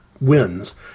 wins